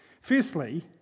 Firstly